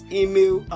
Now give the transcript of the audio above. email